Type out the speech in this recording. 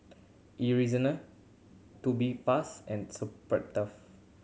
Tubifast and